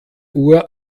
uhr